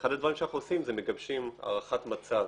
אחד הדברים שאנחנו עושים זה מגבשים הערכת מצב